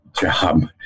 job